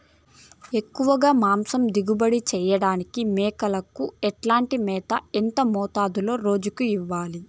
ఎక్కువగా మాంసం దిగుబడి చేయటానికి మేకలకు ఎట్లాంటి మేత, ఎంత మోతాదులో రోజు ఇవ్వాలి?